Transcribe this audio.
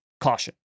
caution